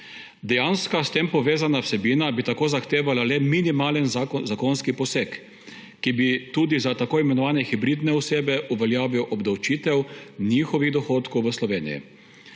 Dejanska s tem povezana vsebina bi tako zahtevala le minimalen zakonski poseg, ki bi tudi za tako imenovane hibridne osebe uveljavil obdavčitev njihovih dohodkov v Sloveniji.